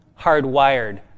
hardwired